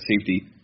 safety –